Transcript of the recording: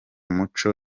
muco